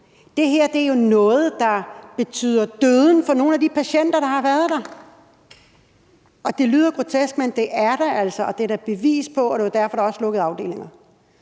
Det her er jo noget, der betyder døden for nogle af de patienter, der har været der. Det lyder grotesk, men sådan er det altså, og det er der bevis på, og det var derfor, der også blev lukket afdelinger.